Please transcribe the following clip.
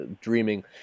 dreaming